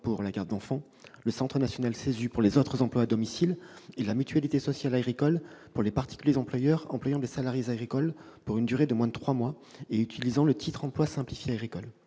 pour la garde d'enfants, le Centre national CESU pour les autres emplois à domicile et la mutualité sociale agricole pour les particuliers employeurs employant des salariés agricoles pour une durée de moins de 3 mois et utilisant le titre emploi simplifié agricole.